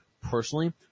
personally